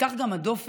וכך גם הדופק